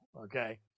okay